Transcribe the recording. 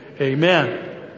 amen